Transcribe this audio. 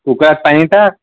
कुकरात पाणी टाक